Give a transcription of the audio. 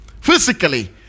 physically